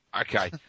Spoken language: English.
okay